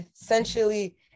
essentially